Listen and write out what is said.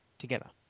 together